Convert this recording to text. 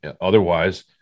Otherwise